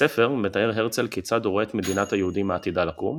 בספר מתאר הרצל כיצד הוא רואה את מדינת היהודים העתידה לקום,